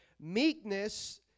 Meekness